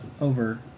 over